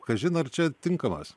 kažin ar čia tinkamas